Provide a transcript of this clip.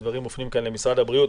הדברים מופנים למשרד בריאות.